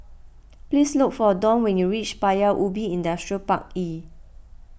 please look for Dawn when you reach Paya Ubi Industrial Park E